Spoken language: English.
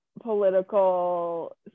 political